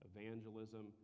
Evangelism